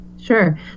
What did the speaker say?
Sure